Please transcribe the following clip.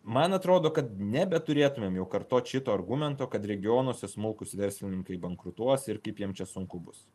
man atrodo kad nebeturėtumėm jau kartot šito argumento kad regionuose smulkūs verslininkai bankrutuos ir kaip jiem čia sunku bus